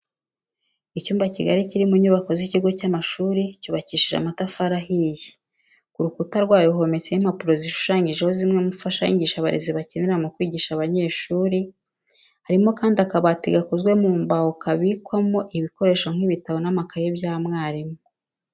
Icyumba kigari kiri mu nyubako z'ikigo cy'amashuri cyubakishije amatafari ahiye, ku rukuta rwayo hometseho impapuro zishushanyijeho zimwe mu mfashanyigisho abarezi bakenera mu kwigisha abanyeshuri, harimo kandi akabati gakoze mu mbaho kabikwamo ibikoresho nk'ibitabo n'amakaye bya mwarimu.